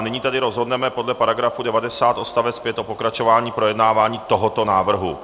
Nyní rozhodneme podle § 90 odst. 5 o pokračování projednávání tohoto návrhu.